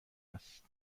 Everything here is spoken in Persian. است